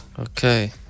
Okay